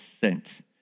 sent